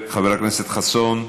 חבר הכנסת חסון,